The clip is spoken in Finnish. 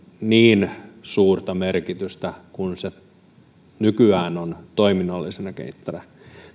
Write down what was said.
niin suurta merkitystä kuin sillä nykyään on toiminnallisena kenttänä